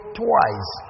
twice